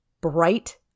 bright